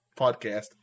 podcast